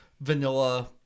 vanilla